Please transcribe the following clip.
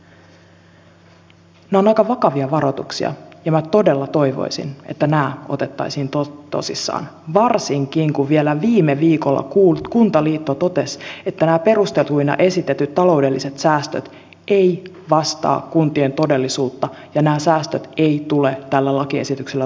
nämä ovat aika vakavia varoituksia ja minä todella toivoisin että nämä otettaisiin tosissaan varsinkin kun vielä viime viikolla kuntaliitto totesi että nämä perusteltuina esitetyt taloudelliset säästöt eivät vastaa kuntien todellisuutta ja nämä säästöt eivät tule tällä lakiesityksellä toteutumaan